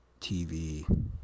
TV